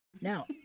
Now